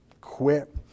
quit